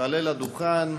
תעלה לדוכן.